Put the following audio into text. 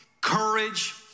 courage